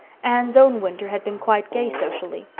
anne's own winter had been quite gay socially.